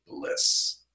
bliss